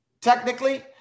technically